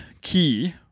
key